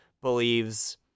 believes